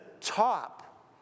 top